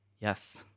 Yes